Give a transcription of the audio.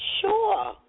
sure